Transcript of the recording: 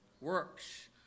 Works